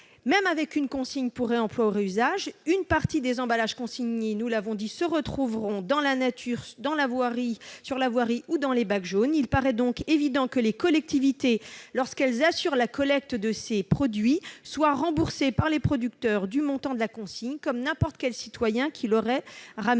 Même avec une consigne pour réemploi ou réutilisation, une partie des emballages consignés se retrouveront dans la nature, sur la voirie ou dans les bacs jaunes. Il paraît donc évident que les collectivités, lorsqu'elles assurent la collecte de ces produits, doivent être remboursées par les producteurs du montant de la consigne, comme n'importe quel citoyen qui les aurait rapportés.